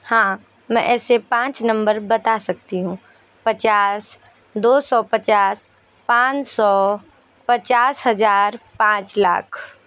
हाँ मैं ऐसे पाँच नंबर बता सकती हूँ पचास दो सौ पचास पाँच सौ पचास हज़ार पाँच लाख